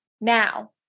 Now